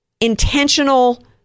intentional